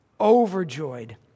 overjoyed